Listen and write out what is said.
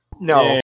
No